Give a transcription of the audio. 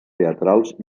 teatrals